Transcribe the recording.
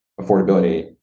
affordability